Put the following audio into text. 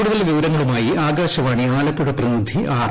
കൂടുതൽ വിവരങ്ങളുമായി ആകാശവാണി ആലപ്പുഴ പ്രതിനിധി ആർ